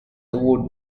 would